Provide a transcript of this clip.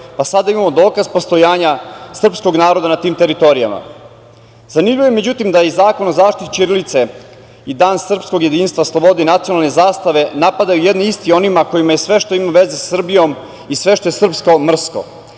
pa sada imamo dokaz postojanja srpskog naroda na tim teritorijama. Zanimljivo je međutim da je i zakon o zaštiti ćirilice i Dan srpskog jedinstva, slobode i nacionalne zastave napadaju jedni isti, oni kojima je sve što ima veze sa Srbijom i sve što je srpsko mrsko. Iz